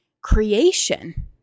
creation